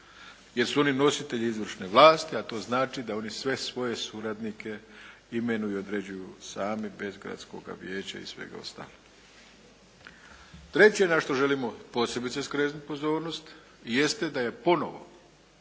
jer su oni nositelji izvršni vlasti, a to znači da oni sve svoje suradnike imenuju i određuju sami bez gradskoga vijeća i svega ostalog. Treće na što želimo posebice skrenuti pozornost jeste da je ponovno